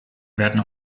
werden